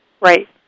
Right